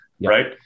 Right